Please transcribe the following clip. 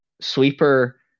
Sweeper